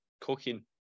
cooking